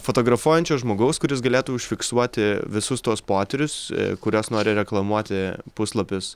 fotografuojančio žmogaus kuris galėtų užfiksuoti visus tuos potyrius kurias nori reklamuoti puslapis